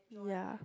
ya